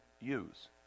use